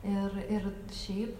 ir ir šiaip